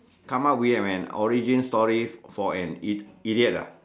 come out be a man origin story for an idiot ah